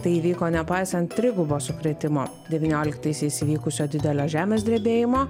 tai įvyko nepaisant trigubo sukrėtimo devynioliktaisiais įvykusio didelio žemės drebėjimo